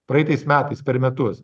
praeitais metais per metus